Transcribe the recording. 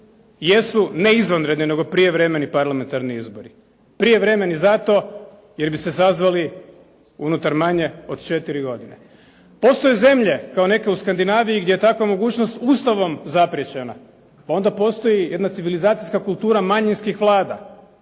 jesu ne izvanredni nego prijevremeni parlamentarni izbori. Prijevremeni zato jer bi se sazvali unutar manje od četiri godine. Postoje zemlje kao neke u Skandinaviji gdje je takva mogućnost Ustavom zapriječena, pa onda postoji jedna civilizacijska kultura manjinskih vlada